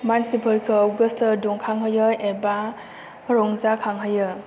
मानसिफोरखौ गोसो दुखांहोयो एबा रंजाखांहोयो